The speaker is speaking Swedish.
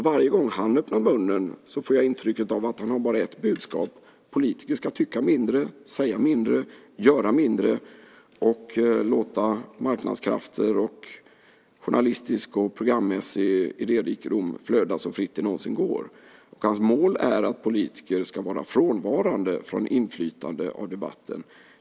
Varje gång han öppnar munnen får jag intrycket att han bara har ett budskap: Politiker ska tycka mindre, säga mindre, göra mindre och låta marknadskrafter liksom journalistisk och programmässig idérikedom flöda så fritt det någonsin går. Hans mål är att politiker ska vara frånvarande från inflytande över debatten.